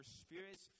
spirits